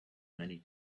many